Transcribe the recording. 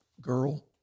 girl